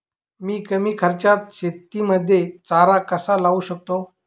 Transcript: मी कमी खर्चात शेतीमध्ये चारा कसा लावू शकतो?